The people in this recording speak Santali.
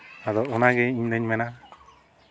ᱟᱫᱚ ᱚᱱᱟ ᱜᱮ ᱤᱧᱫᱩᱧ ᱢᱮᱱᱟ